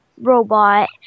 Robot